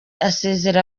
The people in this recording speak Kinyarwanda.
asezera